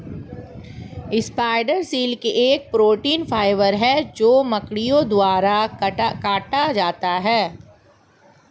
spider silk एक protein fibre है जो मकड़ियों द्वारा काता जाता है